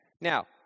Now